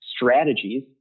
strategies